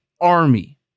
Army